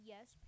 Yes